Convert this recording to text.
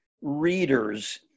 readers